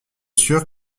sûr